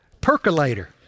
percolator